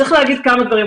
צריך להגיד כמה דברים.